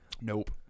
Nope